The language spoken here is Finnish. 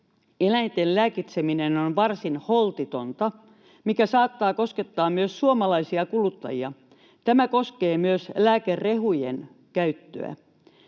eläinten lääkitseminen on varsin holtitonta, mikä saattaa koskettaa myös suomalaisia kuluttajia. Tämä koskee myös lääkerehujen käyttöä.